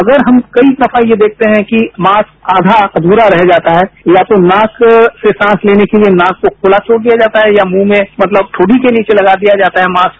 अगर हम कई दफा ये देखते है कि मास्क आधा अधूरा रह जाता है या तो मास्क से सांस लेने के लिए नाक को खुला छोड़ दिया जाता है या मुंह में मतलब ठोडी के नीचे लगा दिया जाता है मास्क